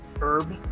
herb